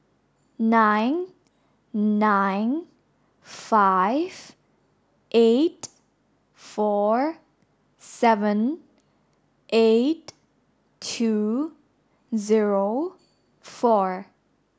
nine nine five eight four seven eight two zero four